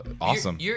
awesome